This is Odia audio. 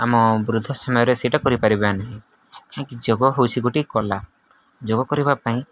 ଆମ ବୃଦ୍ଧ ସମୟରେ ସେଇଟା କରିପାରିବ ନାହିଁ କାହିଁକି ଯୋଗ ହେଉଛି ଗୋଟିଏ କଳା ଯୋଗ କରିବା ପାଇଁ